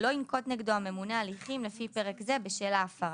לא ינקוט נגדו הממונה הליכים לפי פרק זה בשל ההפרה.